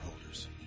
holders